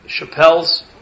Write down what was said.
Chappelle's